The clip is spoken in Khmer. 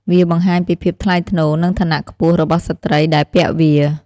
វាបង្ហាញពីភាពថ្លៃថ្នូរ និងឋានៈខ្ពស់របស់ស្ត្រីដែលពាក់វា។